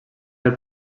del